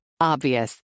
Obvious